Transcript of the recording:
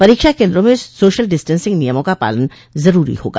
परीक्षा केन्द्रों में सोशल डिस्टेंसिंग नियमों का पालन जरूरी होगा